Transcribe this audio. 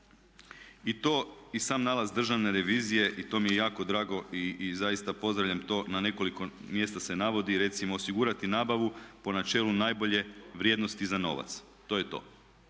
I to i sam nalaz Državne revizije, i to mi je jako drago i zaista pozdravljam to, na nekoliko mjesta se navodi. Recimo osigurati nabavu po načelu najbolje vrijednosti za novac. To je to.